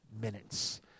minutes